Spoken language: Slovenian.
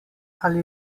ali